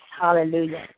Hallelujah